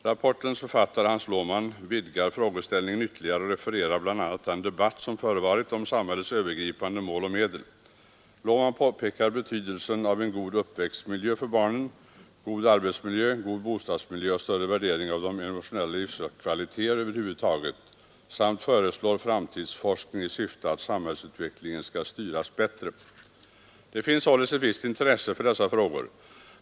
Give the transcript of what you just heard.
Rapportens författare, Hans Lohmann, vidgar frågeställningen ytterligare och refererar bl.a. den debatt som förevarit om samhällets övergripande mål och medel. Lohmann pekar på betydelsen av en god uppväxtmiljö för barnen, god arbetsmiljö, god bostadsmiljö och större värdering av emotionella livskvaliteter över huvud taget samt föreslår framtidsforskning i syfte att samhällsutvecklingen skall styras bättre. Det finns således ett visst intresse för dessa frågor.